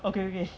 okay okay